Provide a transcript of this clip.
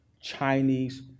Chinese